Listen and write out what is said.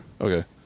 Okay